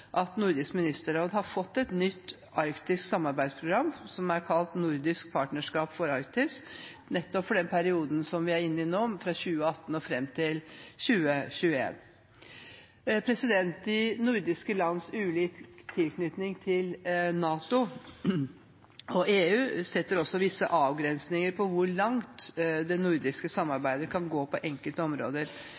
at Nordisk ministerråd har fått et nytt arktisk samarbeidsprogram, som er kalt Nordisk partnerskap for Arktis, nettopp for den perioden som vi er inne i nå, fra 2018 og fram til 2021. De nordiske lands ulike tilknytning til NATO og EU setter også visse begrensninger for hvor langt det nordiske samarbeidet kan gå på enkelte områder.